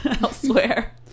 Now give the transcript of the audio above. elsewhere